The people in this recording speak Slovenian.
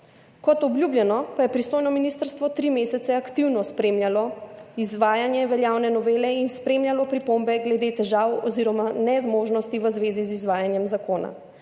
Kot obljubljeno pa je pristojno ministrstvo tri mesece aktivno spremljalo izvajanje veljavne novele in spremljalo pripombe glede težav oziroma nezmožnosti v zvezi z izvajanjem zakona.